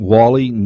Wally